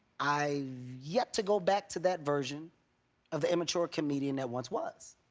i've yet to go back to that version of the immature comedian that once was.